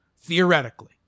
Theoretically